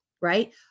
Right